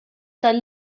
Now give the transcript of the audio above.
tal